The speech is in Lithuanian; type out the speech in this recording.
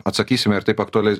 atsakysime ir taip aktuali